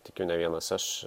tikiu ne vienas aš